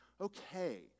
Okay